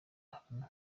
ahantu